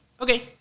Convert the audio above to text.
Okay